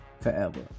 forever